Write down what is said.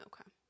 okay